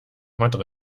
madrid